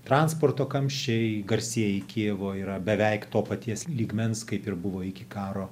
transporto kamščiai garsieji kijevo yra beveik to paties lygmens kaip ir buvo iki karo